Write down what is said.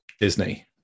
Disney